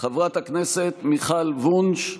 חברת הכנסת מיכל וונש,